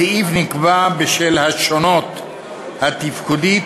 הסעיף נקבע בשל השונות התפקודית